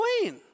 queen